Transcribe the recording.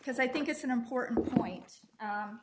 because i think it's an important point